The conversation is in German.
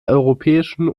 europäischen